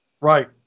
right